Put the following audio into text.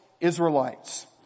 Israelites